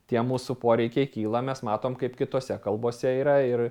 tie mūsų poreikiai kyla mes matom kaip kitose kalbose yra ir